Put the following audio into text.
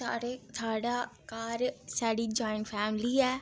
साढ़े साढ़ा घर साढ़ी जाइन फैमिली ऐ